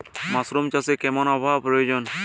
Mushroom চাষে কেমন আবহাওয়ার প্রয়োজন?